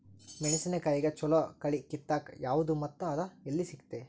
ಮೆಣಸಿನಕಾಯಿಗ ಛಲೋ ಕಳಿ ಕಿತ್ತಾಕ್ ಯಾವ್ದು ಮತ್ತ ಅದ ಎಲ್ಲಿ ಸಿಗ್ತೆತಿ?